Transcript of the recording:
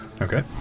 Okay